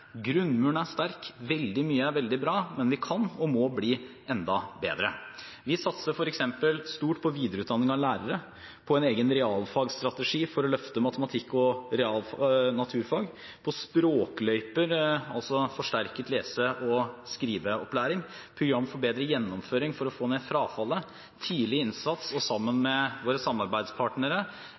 Grunnmuren er sterk. Veldig mye er veldig bra, men vi kan og må bli enda bedre. Vi satser f.eks. stort på videreutdanning av lærere, på en egen realfagsstrategi for å løfte matematikk og naturfag, på Språkløyper, altså forsterket lese- og skriveopplæring, program for bedre gjennomføring for å få ned frafallet, tidlig innsats og, sammen med våre samarbeidspartnere,